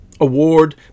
award